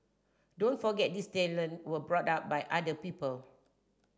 don't forget these talent were brought up by other people